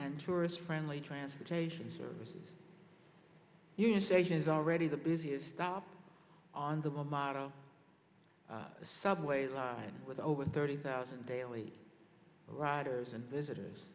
and tourist friendly transportation services union station is already the busiest stop on the model subway line with over thirty thousand daily riders and visitors